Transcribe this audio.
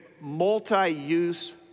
multi-use